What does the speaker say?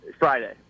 Friday